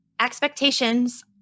expectations